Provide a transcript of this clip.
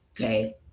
okay